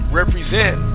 represent